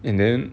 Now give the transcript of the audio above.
and then